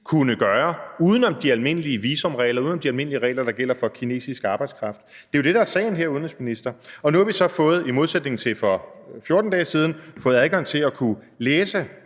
kunne gøre uden om de almindelige visumregler, uden om de almindelige regler, der gælder for kinesisk arbejdskraft? Det er jo det, der er sagen her, udenrigsminister. Nu har vi så, i modsætning til for 14 dage siden, fået adgang til at kunne læse